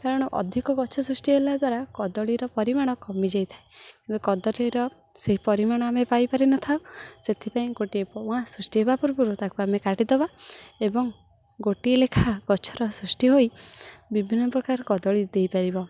କାରଣ ଅଧିକ ଗଛ ସୃଷ୍ଟି ହେଲା ଦ୍ୱାରା କଦଳୀର ପରିମାଣ କମିଯାଇଥାଏ କିନ୍ତୁ କଦଳୀର ସେହି ପରିମାଣ ଆମେ ପାଇପାରି ନଥାଉ ସେଥିପାଇଁ ଗୋଟିଏ ପୁଆ ସୃଷ୍ଟି ହେବା ପୂର୍ବରୁ ତାକୁ ଆମେ କାଟିଦେବା ଏବଂ ଗୋଟିଏ ଲେଖା ଗଛର ସୃଷ୍ଟି ହୋଇ ବିଭିନ୍ନ ପ୍ରକାର କଦଳୀ ଦେଇପାରିବ